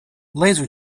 laser